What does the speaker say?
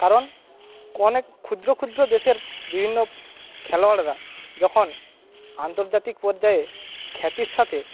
কারণ অনেক ক্ষুদ্র ক্ষুদ্র দেশের বিভিন্ন খেলোয়াড়রা যখন আন্তর্জাতিক পর্যায়ে খ্যাতির সাথে